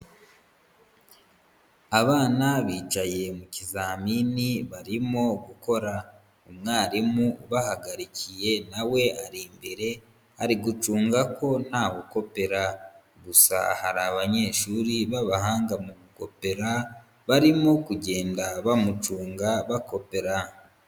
Abana bicaye mu kizamini barimo gukora, umwarimu ubahagarikiye na we ari imbere, ari gucunga ko ntawe ukopera gusa hari abanyeshuri b'abahanga mu gupera, barimo kugenda bamucunga bakopera.